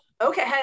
Okay